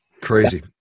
Crazy